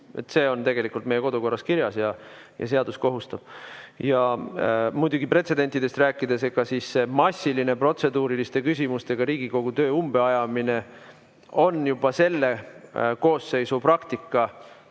See on tegelikult meie kodukorras kirjas, seadus kohustab. Ja muidugi pretsedentidest rääkides, massiline protseduuriliste küsimustega Riigikogu töö umbe ajamine on selle koosseisu praktika